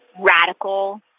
radical